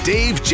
Dave